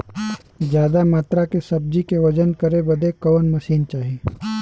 ज्यादा मात्रा के सब्जी के वजन करे बदे कवन मशीन चाही?